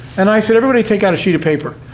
and i said, everybody take out a sheet of paper.